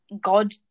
God